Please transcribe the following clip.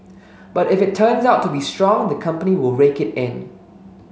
but if it turns out to be strong the company will rake it in